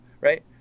Right